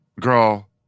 Girl